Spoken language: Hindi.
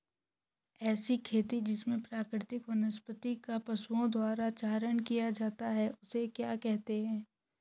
ऐसी खेती जिसमें प्राकृतिक वनस्पति का पशुओं द्वारा चारण किया जाता है उसे क्या कहते हैं?